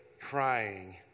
crying